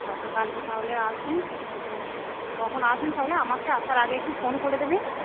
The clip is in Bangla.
আচ্ছা কালকে তাহলে আসবেন হ্যাঁ তো কখন আসবেন তাহলে আমাকে আসার আগে একটু ফোন করে দেবেন